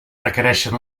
requereixen